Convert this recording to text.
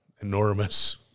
enormous